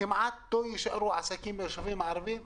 כמעט לא יישארו עסקים בישובים ערביים.